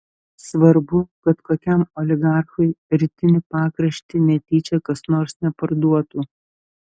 svarbu kad kokiam oligarchui rytinį pakraštį netyčia kas nors neparduotų